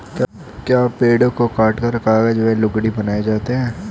क्या पेड़ों को काटकर कागज व लुगदी बनाए जाते हैं?